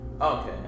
Okay